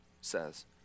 says